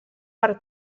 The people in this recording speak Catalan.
per